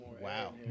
Wow